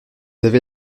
avez